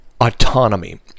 autonomy